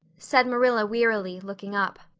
said marilla wearily, looking up.